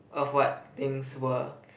of what things were